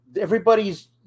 Everybody's